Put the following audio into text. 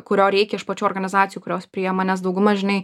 kurio reikia iš pačių organizacijų kurios prijema nes dauguma žinai